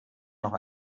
noch